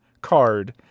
card